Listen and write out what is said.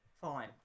Fine